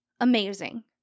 Amazing